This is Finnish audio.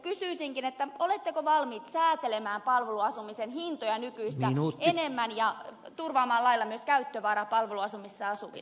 kysyisinkin oletteko valmiit säätelemään palveluasumisen hintoja nykyistä enemmän ja turvaamaan lailla myös käyttövarat palveluasunnoissa asuville